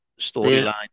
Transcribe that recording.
storyline